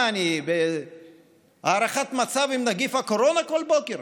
מה, אני בהערכת מצב עם נגיף הקורונה כל בוקר?